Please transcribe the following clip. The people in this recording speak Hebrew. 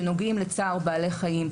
שנוגעים לצער בעלי חיים.